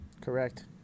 Correct